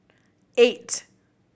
eight